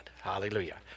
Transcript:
Hallelujah